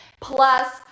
Plus